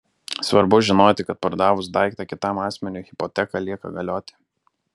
svarbu žinoti kad pardavus daiktą kitam asmeniui hipoteka lieka galioti